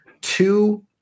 two